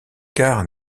quarts